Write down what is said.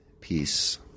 peace